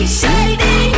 shady